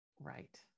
Right